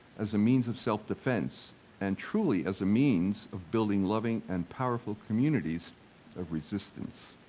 as a means of self-defense and truly as a means of building loving and powerful communities of resistance.